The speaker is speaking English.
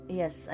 Yes